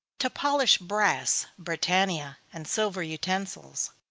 to polish brass, britannia, and silver utensils.